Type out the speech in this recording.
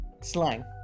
slang